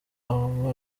abo